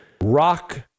rock